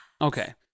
Okay